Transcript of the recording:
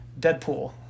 Deadpool